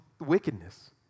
wickedness